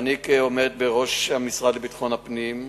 ואני כעומד בראש המשרד לביטחון פנים,